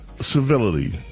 Civility